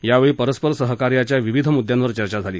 यावेळी परस्पर सहकार्याच्या विविध मुद्यांवर चर्चा झाली